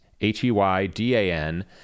H-E-Y-D-A-N